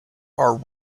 are